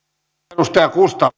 arvoisa